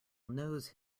nose